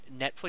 Netflix